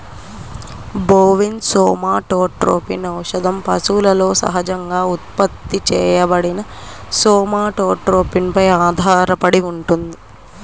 bovine somatotropin ఔషధం పశువులలో సహజంగా ఉత్పత్తి చేయబడిన సోమాటోట్రోపిన్ పై ఆధారపడి ఉంటుంది